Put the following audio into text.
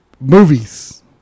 Movies